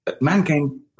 mankind